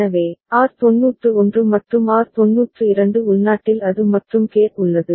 எனவே ஆர் 91 மற்றும் ஆர் 92 உள்நாட்டில் அது மற்றும் கேட் உள்ளது